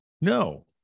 No